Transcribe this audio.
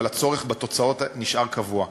אבל הצורך בתוצאות נשאר קבוע.